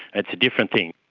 it's a different thing.